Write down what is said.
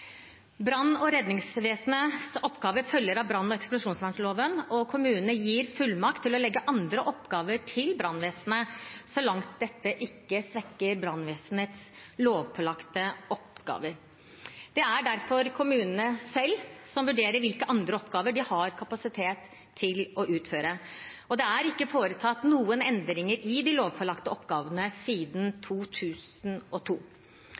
Brann- og redningsvesenets oppgaver følger av brann- og eksplosjonsvernloven, og kommunene gir fullmakt til å legge andre oppgaver til brannvesenet, så lenge dette ikke svekker brannvesenets lovpålagte oppgaver. Det er derfor kommunene selv som vurderer hvilke andre oppgaver de har kapasitet til å utføre. Det er ikke foretatt noen endringer i de lovpålagte oppgavene siden